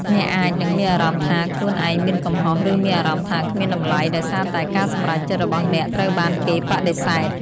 អ្នកអាចនឹងមានអារម្មណ៍ថាខ្លួនឯងមានកំហុស ឬមានអារម្មណ៍ថាគ្មានតម្លៃ ដោយសារតែការសម្រេចចិត្តរបស់អ្នកត្រូវបានគេបដិសេធ។